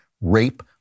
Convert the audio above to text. rape